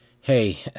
Hey